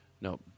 No